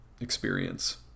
experience